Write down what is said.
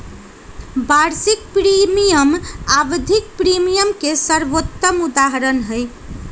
वार्षिक प्रीमियम आवधिक प्रीमियम के सर्वोत्तम उदहारण हई